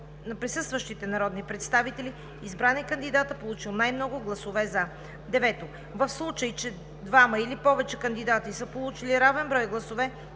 на присъстващите народни представители, избран е кандидатът, получил най-много гласове „за“. 9. В случай че двама или повече кандидати са получили равен брой гласове,